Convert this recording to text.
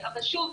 אבל שוב,